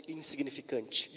insignificante